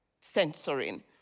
censoring